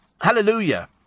Hallelujah